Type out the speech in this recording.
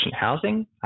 housing